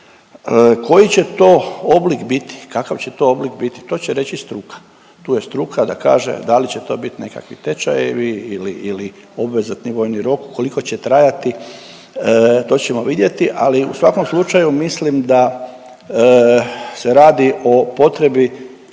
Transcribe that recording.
Koji će to oblik biti, kakav će to oblik biti, to će reći struka. Tu je struka da kaže da li će to bit nekakvi tečajevi ili, ili obvezatni vojni rok, koliko će trajati to ćemo vidjeti ali u svakom slučaju mislim da se radi o potrebi